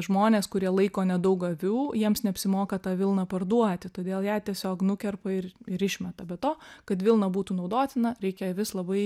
žmonės kurie laiko nedaug avių jiems neapsimoka tą vilną parduoti todėl ją tiesiog nukerpa ir ir išmeta be to kad vilna būtų naudotina reikia avis labai